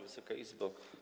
Wysoka Izbo!